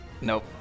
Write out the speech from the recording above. Nope